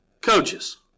coaches